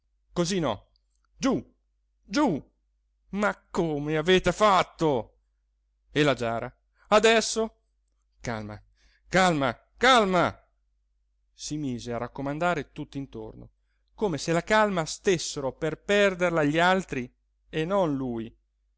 così no giù giù ma come avete fatto e la giara adesso calma calma calma si mise a raccomandare tutt'intorno come se la calma stessero per perderla gli altri e non lui